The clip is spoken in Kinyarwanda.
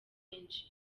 benshi